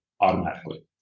automatically